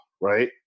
right